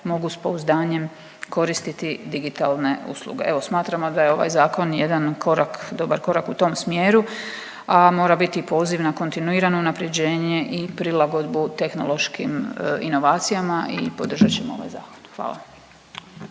mogu s pouzdanjem koristiti digitalne usluge. Evo, smatramo da je ovaj Zakon jedan korak, dobar korak u tom smjeru, a mora biti i poziv na kontinuirano unaprjeđenje i prilagodbu tehnološkim inovacijama i podržat ćemo ovaj Zakon. Hvala.